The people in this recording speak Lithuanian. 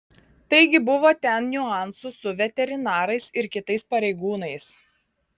taigi buvo ten niuansų su veterinarais ir kitais pareigūnais